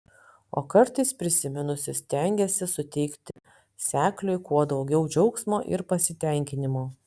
o kartais prisiminusi stengiasi suteikti sekliui kuo daugiau džiaugsmo ir pasitenkinimo